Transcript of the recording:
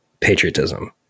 patriotism